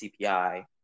CPI